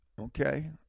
okay